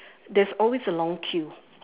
there's always a long queue